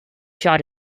shot